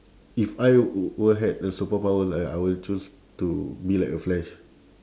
if I were had a superpower I I will choose to be like a flash